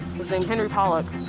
henry pollock,